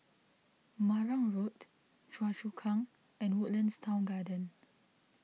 Marang Road Choa Chu Kang and Woodlands Town Garden